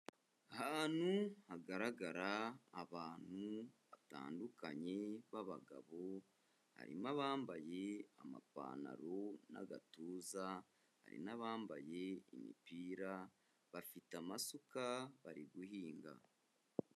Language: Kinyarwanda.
Ahantu hagaragara abantu batandukanye b'abagabo; harimo abambaye amapantaro n'agatuza, hari n'abambaye imipira bafite amasuka bari guhinga.